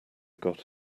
got